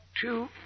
two